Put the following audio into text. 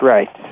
Right